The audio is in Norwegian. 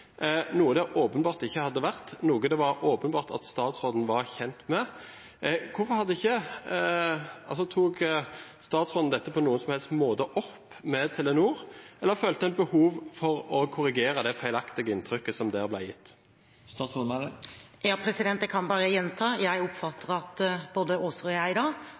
noe det åpenbart ikke hadde vært – og noe det var åpenbart at statsråden var kjent med. Tok statsråden dette opp med Telenor på noen som helst måte, eller følte et behov for å korrigere det feilaktige inntrykket som der ble gitt? Jeg kan bare gjenta – jeg oppfatter at både Aaser og jeg